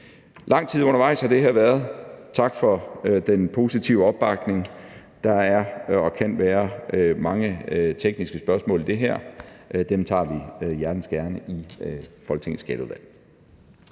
Lang tid undervejs har det her forslag været. Tak for den positive opbakning. Der er og kan være mange tekniske spørgsmål i det her, og dem tager vi hjertens gerne i Skatteudvalget